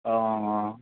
অ